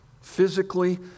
physically